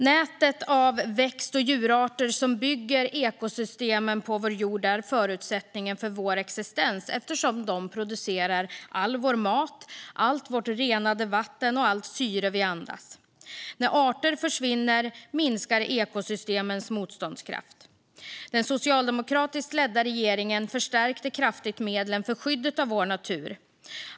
Nätet av växt och djurarter som bygger ekosystemen på vår jord är förutsättningen för vår existens eftersom de producerar all vår mat, allt vårt renade vatten och allt syre vi andas. När arter försvinner minskar ekosystemens motståndskraft. Den socialdemokratiskt ledda regeringen förstärkte kraftigt medlen för skyddet av vår natur.